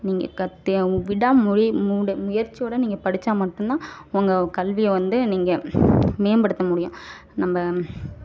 நீங்கள் கற்றே ஆகணும் விடா முய முட முயற்சியோடு நீங்கள் படித்தா மட்டும் தான் உங்கள் கல்வியை வந்து நீங்கள் மேம்படுத்த முடியும் நம்ப